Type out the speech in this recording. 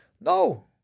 No